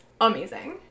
amazing